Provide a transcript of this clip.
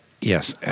Yes